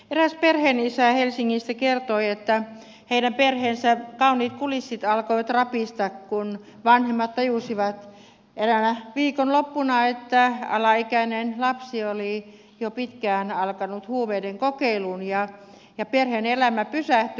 eräs perheenisä helsingistä kertoi että heidän perheensä kauniit kulissit alkoivat rapista kun vanhemmat tajusivat eräänä viikonloppuna että alaikäinen lapsi oli jo pitkään kokeillut huumeita ja perheen elämä pysähtyi